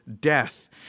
death